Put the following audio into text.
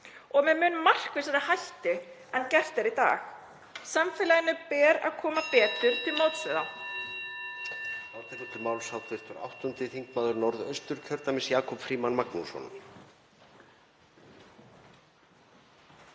og með mun markvissari hætti en gert er í dag. Samfélaginu ber að koma betur til móts við